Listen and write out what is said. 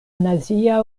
nazia